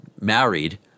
married